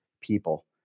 people